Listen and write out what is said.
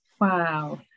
Wow